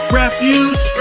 refuge